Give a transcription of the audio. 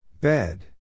Bed